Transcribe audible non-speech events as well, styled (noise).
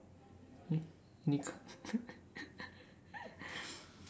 (laughs)